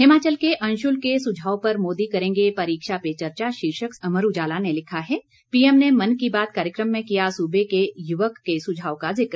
हिमाचल के अंशुल के सुझाव पर मोदी करेंगे परीक्षा पे चर्चा शीर्षक से अमर उजाला ने लिखा है पीएम ने मन की बात कार्यक्रम में किया सूबे के युवक के सुझाव का जिक